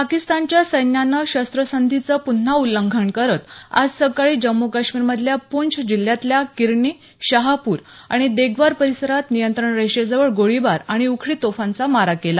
पाकिस्तानच्या सैन्यानं शस्त्रसंधीचं पुन्हा उल्लघंन करत आज सकाळी जम्मू काश्मिरमधल्या पूंछ जिल्ह्यातल्या किर्णी शहापूर आणि देगवार परिसरात नियंत्रण रेषेजवळ गोळीबार आणि उखळी तोफांचा मारा केला